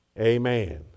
Amen